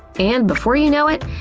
and before you know it,